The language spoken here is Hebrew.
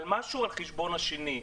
משהו על חשבון השני.